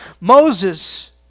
Moses